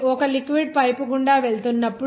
ఒక liquid pipe గుండా వెళుతున్నప్పుడు